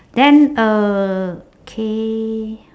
then uh K